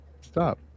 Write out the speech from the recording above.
stop